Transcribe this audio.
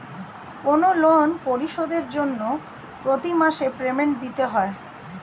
কোনো লোন পরিশোধের জন্য প্রতি মাসে পেমেন্ট দিতে হয়